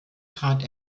trat